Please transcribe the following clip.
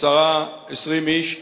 10 20 איש.